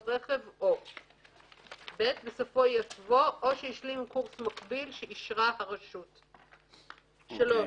רכב או"; (ב) בסופו יבוא "או שהשלים קורס מקביל שאישרה הרשות"; (3)